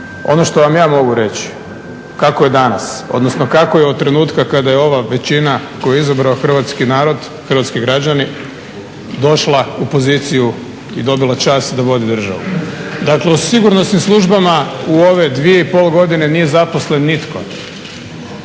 Ono što vam ja mogu reći kako je danas, odnosno kako je od trenutka kada je ova većina koju je izabrao hrvatski narod, hrvatski građani došla u poziciju i dobila čast da vodi državu. Dakle, u sigurnosnim službama u ove dvije i pol godine nije zaposlen nitko